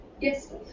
Yes